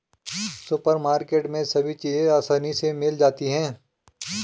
supermarket में सभी चीज़ें आसानी से मिल जाती है